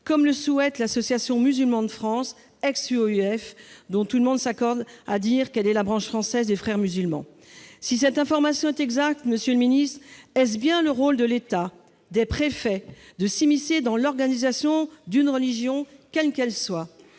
comme le souhaite l'association Musulmans de France, l'ancienne UOIF, dont tout le monde s'accorde à dire qu'elle est la branche française des Frères musulmans. Si cette information est exacte, est-ce bien le rôle de l'État, des préfets, de s'immiscer dans l'organisation d'une religion, quelle qu'elle soit ?